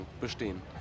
bestehen